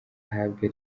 ahabwa